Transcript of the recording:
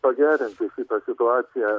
pagerinti šitą situaciją